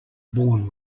born